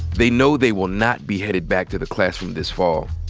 they know they will not be headed back to the classroom this fall.